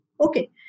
Okay